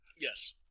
Yes